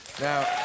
Now